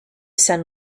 sun